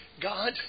God